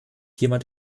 jemand